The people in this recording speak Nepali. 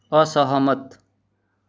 असहमत